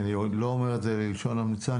אני לא אומר את זה בלשון המלצה,